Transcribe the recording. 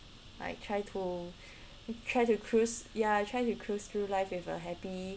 I try to try to cruise ya try to cruise through life with a happy